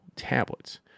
Tablets